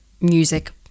music